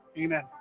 Amen